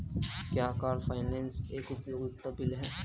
क्या car finance एक उपयोगिता बिल है?